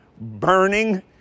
burning